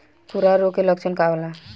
खुरहा रोग के लक्षण का होला?